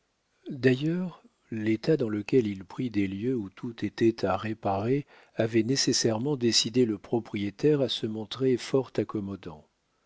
d'ailleurs l'état dans lequel il prit les lieux où tout était à réparer avait nécessairement décidé le propriétaire à se montrer fort accommodant